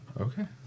Okay